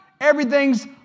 everything's